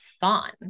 fun